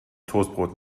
toastbrot